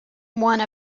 one